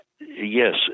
yes